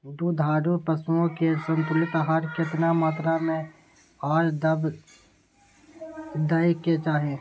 दुधारू पशुओं के संतुलित आहार केतना मात्रा में आर कब दैय के चाही?